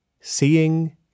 Seeing